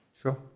Sure